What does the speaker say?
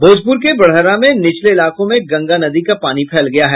भोजपुर के बड़हरा में निचले इलाके में गंगा नदी का पानी फैल गया है